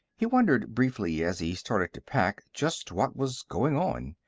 he wondered briefly as he started to pack just what was going on.